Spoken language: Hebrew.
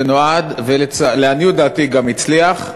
שנועד, ולעניות דעתי גם הצליח,